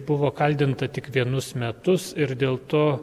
buvo kaldinta tik vienus metus ir dėl to